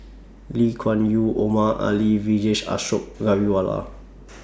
Lee Kuan Yew Omar Ali Vijesh Ashok Ghariwala